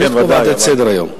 הכנסת קובעת את סדר-היום,